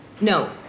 No